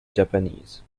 japanese